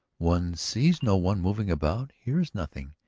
one sees no one moving about, hears nothing.